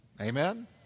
Amen